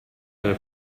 delle